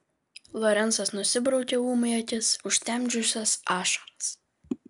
lorencas nusibraukė ūmai akis užtemdžiusias ašaras